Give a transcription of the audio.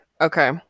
Okay